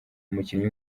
umukinnyi